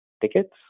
tickets